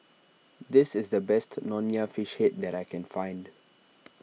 this is the best Nonya Fish Head that I can find